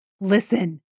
listen